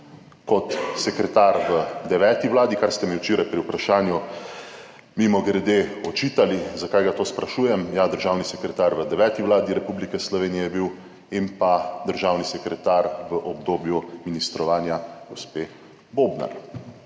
kot sekretar v deveti vladi, kar ste mi včeraj pri vprašanju mimogrede očitali, zakaj ga to sprašujem. Ja, državni sekretar v deveti Vladi Republike Slovenije je bil in pa državni sekretar v obdobju ministrovanja gospe Bobnar,